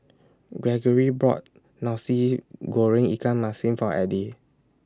Greggory bought Nasi Goreng Ikan Masin For Eddie